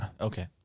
Okay